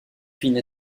fille